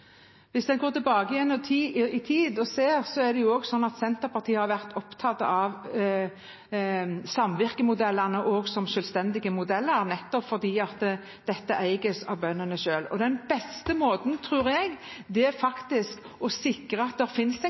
Hvis en går tilbake i tid og ser, er det også slik at Senterpartiet har vært opptatt av samvirkemodellene også som selvstendige modeller, nettopp fordi de eies av bøndene selv. Den beste måten, tror jeg, er faktisk å sikre at det finnes en